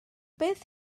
beth